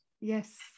yes